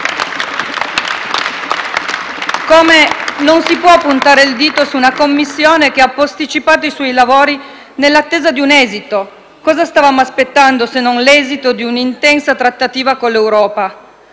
Come non si può puntare il dito su una Commissione che ha posticipato i suoi lavori nell'attesa di un esito. Cosa stavamo aspettando, se non l'esito di una intensa trattativa con l'Europa?